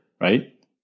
right